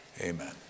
Amen